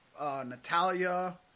Natalia